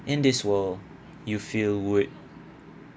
in this world you feel would